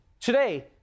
Today